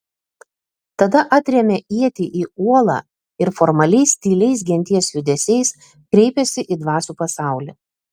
tada atrėmė ietį į uolą ir formaliais tyliais genties judesiais kreipėsi į dvasių pasaulį